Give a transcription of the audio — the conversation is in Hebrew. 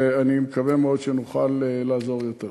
ואני מקווה מאוד שנוכל לעזור יותר.